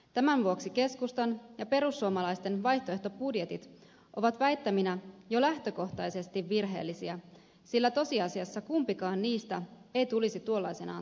tämän vuoksi keskustan ja perussuomalaisten vaihtoehtobudjetit ovat väittäminä jo lähtökohtaisesti virheellisiä sillä tosiasiassa kumpikaan niistä ei tulisi tuollaisenaan toteutumaan